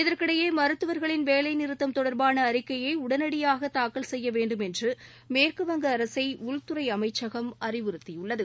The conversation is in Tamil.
இதற்கிடையே மருத்துவர்களின் வேலைநிறுத்தம் தொடர்பான அறிக்கையை உடனடியாக தாக்கல் செய்ய வேண்டும் என்று மேற்குவங்க அரசை உள்துறை அமைச்சகம் அறிவுறுத்தியுள்ளது